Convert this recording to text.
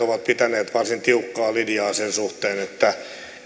ovat pitäneet varsin tiukkaa linjaa sen suhteen että